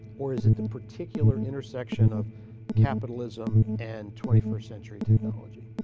or is it the particular intersection of capitalism and twenty first century technology?